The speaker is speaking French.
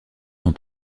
son